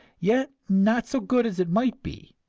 yet not so good as it might be!